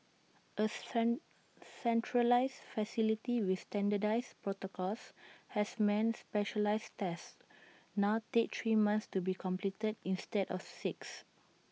A centralised facility with standardised protocols has meant specialised tests now take three months to be completed instead of six